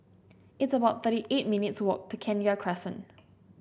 it's about thirty eight minutes' walk to Kenya Crescent